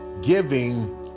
giving